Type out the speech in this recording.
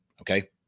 Okay